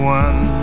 one